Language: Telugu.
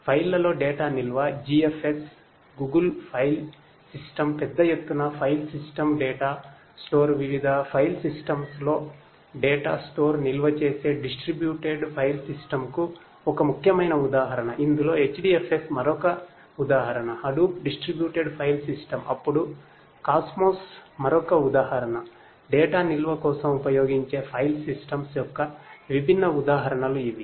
ఫైళ్ళలో డేటా నిల్వ GFS గూగుల్ ఫైల్ సిస్టమ్ పెద్ద ఎత్తున ఫైల్ సిస్టమ్ డేటా మరొక ఉదాహరణ డేటా నిల్వ కోసం ఉపయోగించే ఫైల్ సిస్టమ్స్ యొక్క విభిన్న ఉదాహరణలు ఇవి